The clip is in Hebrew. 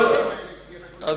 למה צריך לתחזק את המפעלים האלה?